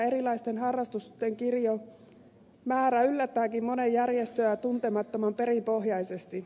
erilaisten harrastusten kirjomäärä yllättääkin monen järjestöä tuntemattoman perinpohjaisesti